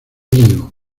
digo